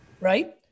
right